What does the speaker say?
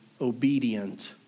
obedient